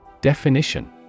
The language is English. Definition